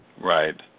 Right